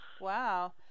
Wow